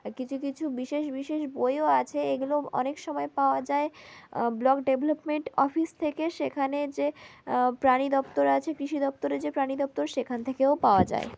কিছু কিছু বিশেষ বিশেষ বইও আছে এগুলো অনেক সময় পাওয়া যায় ব্লক ডেভলপমেন্ট অফিস থেকে সেখানের যে প্রাণী দপ্তর আছে কৃষি দপ্তরে যে প্রাণী দপ্তর সেখান থেকেও পাওয়া যায়